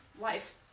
life